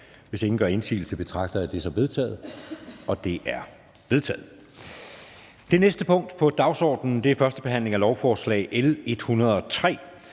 Hvis ingen gør indsigelse, betragter jeg dette som vedtaget. Det er vedtaget. --- Det næste punkt på dagsordenen er: 4) 1. behandling af lovforslag nr.